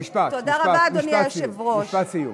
משפט סיום.